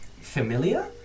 familiar